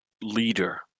...leader